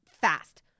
fast